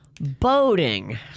Boating